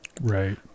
Right